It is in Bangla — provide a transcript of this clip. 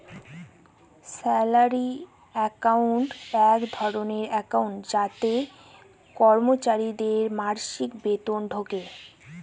স্যালারি একাউন্ট এক ধরনের একাউন্ট যাতে কর্মচারীদের মাসিক বেতন ঢোকে